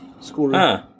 School